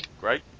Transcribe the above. great